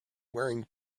wearing